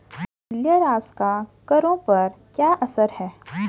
मूल्यह्रास का करों पर क्या असर है?